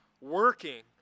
working